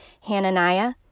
Hananiah